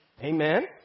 Amen